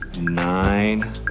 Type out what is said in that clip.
nine